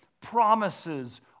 promises